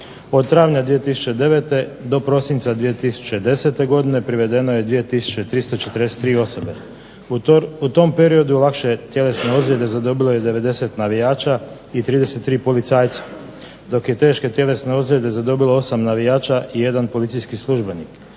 Od travnja 2009. do prosinca 2010. godine privedeno je 2 tisuće 343 osobe. U tom periodu lakše tjelesne ozljede zadobilo je 90 navijača i 33 policajca, dok je teške tjelesne ozljede zadobilo 8 navijača i jedan policijski službenik.